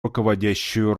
руководящую